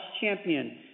champion